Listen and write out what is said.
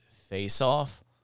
face-off